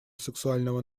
сексуального